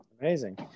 amazing